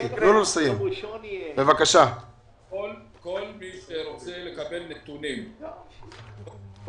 כל מי שרוצה לקבל נתונים,